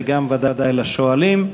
וודאי גם לשואלים.